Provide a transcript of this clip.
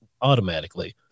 automatically